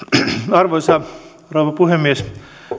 arvoisa rouva puhemies